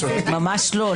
ממש לא.